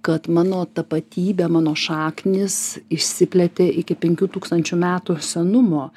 kad mano tapatybė mano šaknys išsiplėtė iki penkių tūkstančių metų senumo